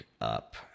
up